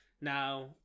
now